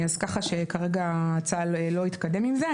כך שכרגע צה"ל לא התקדם עם זה.